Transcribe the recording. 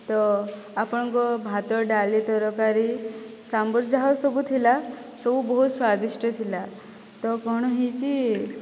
ତ ଆପଣଙ୍କ ଭାତ ଡାଲି ତରକାରୀ ସାମ୍ବର ଯାହା ସବୁ ଥିଲା ସବୁ ବହୁତ ସ୍ଵାଦିଷ୍ଟ ଥିଲା ତ କ'ଣ ହୋଇଛି